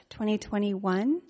2021